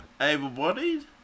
able-bodied